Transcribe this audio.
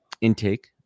intake